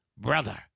Brother